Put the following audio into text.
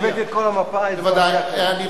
ודאי.